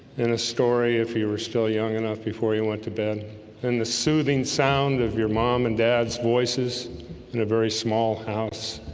a story if he were still young enough before he went to bed and the soothing sound of your mom and dad's voices in a very small house